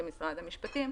כמשרד המשפטים,